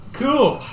cool